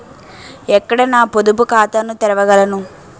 ఎక్కడ నా పొదుపు ఖాతాను తెరవగలను?